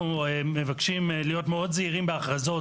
אנחנו מבקשים מאוד להיות זהירים בהכרזות